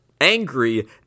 angry